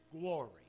glory